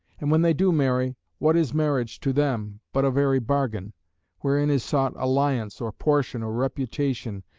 and when they do marry, what is marriage to them but a very bargain wherein is sought alliance, or portion, or reputation,